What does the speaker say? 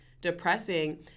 depressing